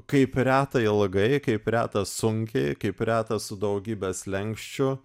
kaip reta ilgai kaip reta sunkiai kaip reta su daugybe slenksčių